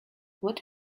what